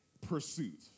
pursuit